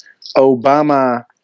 Obama